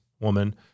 woman